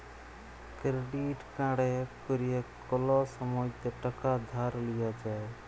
credit কাড়ে ক্যরে কল সময়তে টাকা ধার লিয়া যায়